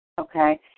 okay